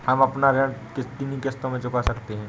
हम अपना ऋण कितनी किश्तों में चुका सकते हैं?